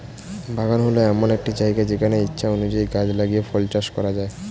বাগান হল এমন একটা জায়গা যেখানে ইচ্ছা অনুযায়ী গাছ লাগিয়ে ফল চাষ করা যায়